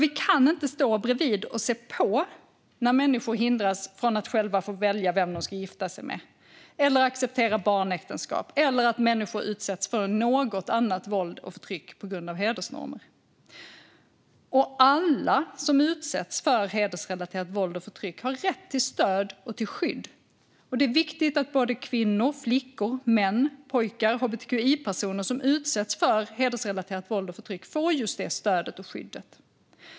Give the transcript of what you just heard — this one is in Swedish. Vi kan inte stå bredvid och se på när människor hindras från att själva välja vem de ska gifta sig med eller acceptera barnäktenskap eller att människor utsätts för annat våld och förtryck på grund av hedersnormer. Alla som utsätts för hedersrelaterat våld och förtryck har rätt till stöd och skydd, och det är viktigt att kvinnor, flickor, män, pojkar och hbtqi-personer som utsätts för hedersrelaterat våld och förtryck får just det stödet och skyddet.